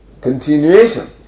continuation